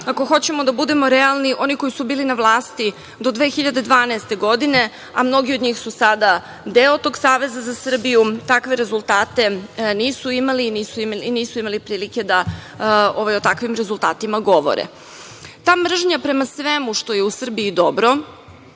ako hoćemo da budemo realni, oni koji su bili na vlasti do 2012. godine, a mnogi od njih su sada deo tog Saveza za Srbiju, takve rezultate nisu imali i nisu imali prilike da o takvim rezultatima govore. Ta mržnja prema svemu, što je u Srbiji dobro,